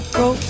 go